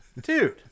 dude